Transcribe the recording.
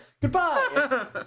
Goodbye